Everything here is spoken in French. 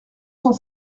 cent